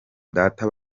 data